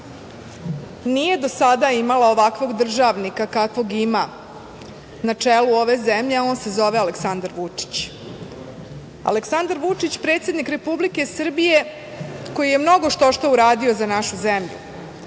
nije do sada imala ovakvog državnika kakvog ima na čelu ove zemlje, a on se zove Aleksandar Vučić. Aleksandar Vučić, predsednik Republike Srbije koji je mnogo štošta uradio za našu zemlju,